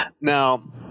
Now